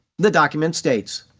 the document states.